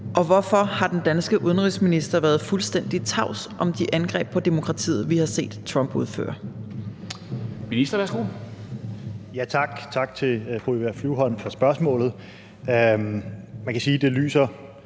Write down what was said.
og hvorfor har den danske udenrigsminister været fuldstændig tavs om de angreb på demokratiet, vi har set Trump udføre